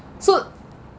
so